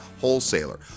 wholesaler